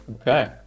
Okay